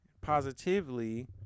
positively